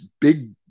big